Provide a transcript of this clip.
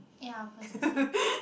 ya processing